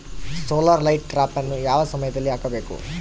Solar light ಟ್ರಾಪನ್ನು ಯಾವ ಸಮಯದಲ್ಲಿ ಹಾಕಬೇಕು?